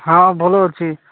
ହଁ ଭଲ ଅଛି